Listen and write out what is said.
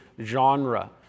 genre